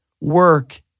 work